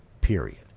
period